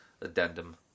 addendum